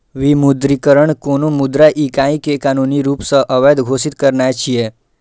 विमुद्रीकरण कोनो मुद्रा इकाइ कें कानूनी रूप सं अवैध घोषित करनाय छियै